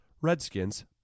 Redskins